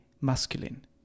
masculine